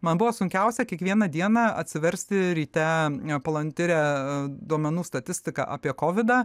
man buvo sunkiausia kiekvieną dieną atsiversti ryte palantire duomenų statistiką apie kovidą